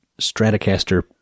Stratocaster